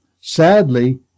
Sadly